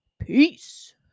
Peace